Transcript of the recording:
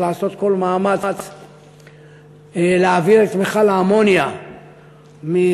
לעשות כל מאמץ להעביר את מכל האמוניה מחיפה.